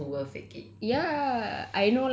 you mean like there's friends who will fake it